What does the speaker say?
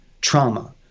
trauma